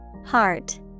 Heart